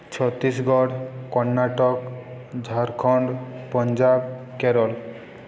Chhattisgarh Karnataka Jharkhand Punjab Kerala